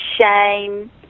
shame